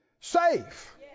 safe